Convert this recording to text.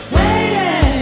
waiting